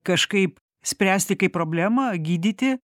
kažkaip spręsti kaip problemą gydyti